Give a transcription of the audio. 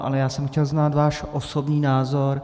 Ale já jsem chtěl znát váš osobní názor.